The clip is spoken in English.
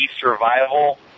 Survival